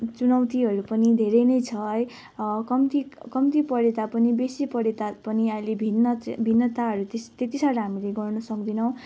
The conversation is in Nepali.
चुनौतीहरू पनि धेरै नै छ है कम्ती कम्ती पढे तापनि बेसी पढे तापनि आहिले भिन्न भिन्नताहरू त्यस त्यति साह्रो हामीले गर्न सक्दैनौँ